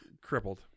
crippled